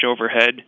overhead